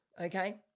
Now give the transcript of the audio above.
okay